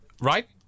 Right